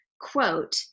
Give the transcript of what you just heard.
quote